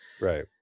Right